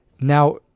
Now